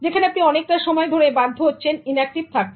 যেখানে আপনি অনেকটা সময় ধরে বাধ্য হচ্ছেন ইন্যাক্টিভ থাকতে